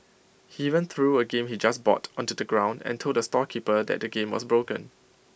he even threw A game he just bought onto the ground and told the storekeeper that the game was broken